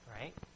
Right